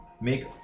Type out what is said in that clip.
make